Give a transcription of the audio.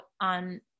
on